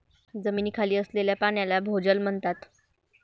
जमिनीखाली असलेल्या पाण्याला भोजल म्हणतात